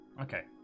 Okay